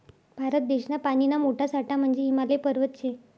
भारत देशना पानीना मोठा साठा म्हंजे हिमालय पर्वत शे